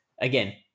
Again